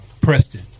Preston